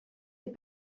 est